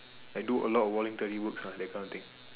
like do a lot of voluntary works ah that kind of thing